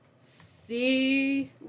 See